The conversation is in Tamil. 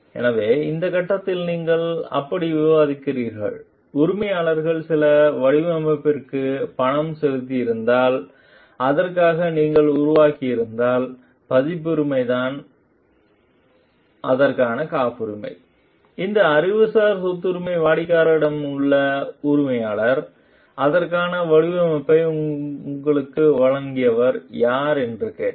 எனவேஇந்த கட்டத்தில் நீங்கள் அப்படி விவாதிக்கிறீர்கள் உரிமையாளர் சில வடிவமைப்பிற்கு பணம் செலுத்தியிருந்தால் அதற்காக நீங்கள் உருவாக்கியிருந்தால் பதிப்புரிமை அதற்கான காப்புரிமை இந்த அறிவுசார் சொத்துரிமை வாடிக்கையாளரிடம் உள்ளது உரிமையாளர் அதற்கான வடிவமைப்பை உங்களுக்கு வழங்கியவர் யார் என்று கேட்டார்